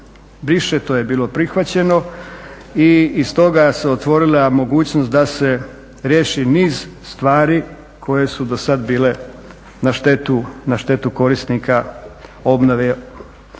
briše, to je bilo prihvaćeno. I iz toga se otvorila mogućnost da se riješi niz stvari koje su do sada bile na štetu korisnika obnove.